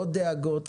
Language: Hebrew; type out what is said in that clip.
דאגות,